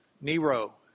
Nero